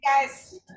guys